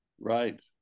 right